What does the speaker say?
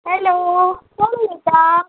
hello कोण उलयता